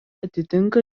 atitinka